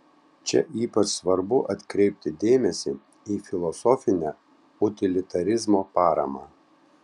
čia ypač svarbu atkreipti dėmesį į filosofinę utilitarizmo paramą